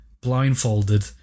blindfolded